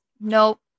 Nope